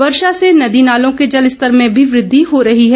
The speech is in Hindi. वर्षा से नदी नालों के जलस्तर में भी वृद्धि हो रही है